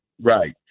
right